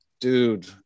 dude